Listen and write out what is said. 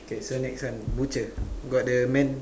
okay so next one butcher got the man